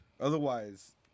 Otherwise